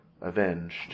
avenged